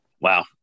Wow